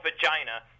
vagina